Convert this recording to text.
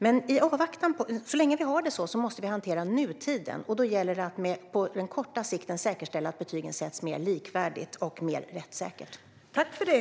Men så länge vi har det så måste vi hantera nutiden, och då gäller det att på kort sikt säkerställa att betyg sätts mer likvärdigt och rättssäkert.